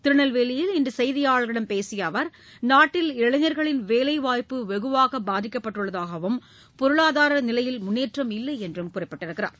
திருநெல்வேலியில் இன்றுசெய்தியாளர்களிடம் பேசியஅவர் நாட்டில் இளைஞர்களின் வேலைவாய்ப்பு வெகுவாகபாதிக்கப்பட்டுள்ளதாகவும் பொருளாதாரநிலைமையில் முன்னேற்றம் இல்லைஎன்றும் குறிப்பிட்டார்